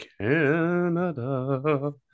Canada